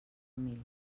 família